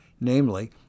namely